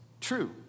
true